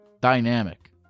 dynamic